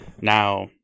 now